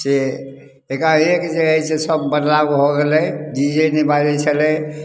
से एकाएक जे हइ से सब बदलाब भऽ गेलै डी जे नहि बाजै छलै